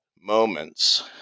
moments